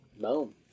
Boom